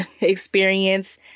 experience